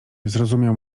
zrozumiał